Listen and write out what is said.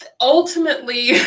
ultimately